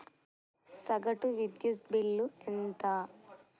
సగటు విద్యుత్ బిల్లు ఎంత?